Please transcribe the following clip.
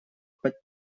под